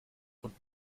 und